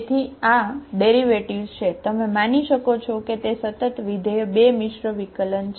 તેથી આ છે આ ડેરિવેટિવ્ઝ છે તમે માની શકો છો કે તે સતત વિધેય 2 મિશ્ર વિકલન છે